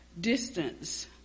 distance